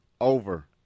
Over